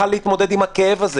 הוא לא יוכל להתמודד עם הכאב הזה,